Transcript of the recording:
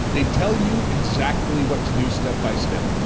they tell you exactly what to do step-by-step.